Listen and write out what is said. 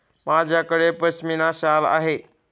माझ्याकडे पश्मीना शाल आहे